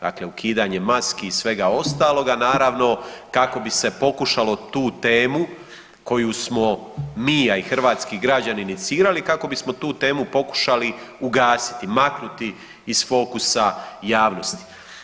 Dakle, ukidanja maski i svega ostaloga naravno kako bi se pokušalo tu temu koju smo mi, a i hrvatski građani inicirali kako bismo tu temu pokušali ugasiti, maknuti iz fokusa javnosti.